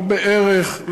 לא בערך,